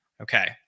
Okay